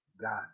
God